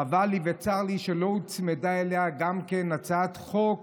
חבל לי וצר לי שלא הוצמדה אליה גם הצעת חוק